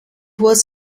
was